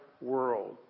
world